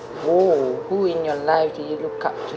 oh who in your life do you look up to